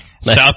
South